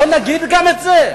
לא נגיד גם את זה?